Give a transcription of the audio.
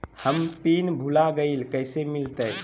हम पिन भूला गई, कैसे मिलते?